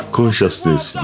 consciousness